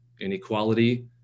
Inequality